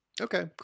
okay